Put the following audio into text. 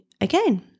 again